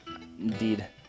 Indeed